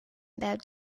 about